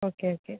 okay okay